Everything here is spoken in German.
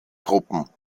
gruppen